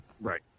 Right